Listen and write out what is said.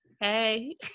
hey